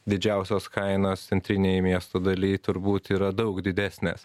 didžiausios kainos centrinėj miesto daly turbūt yra daug didesnės